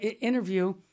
interview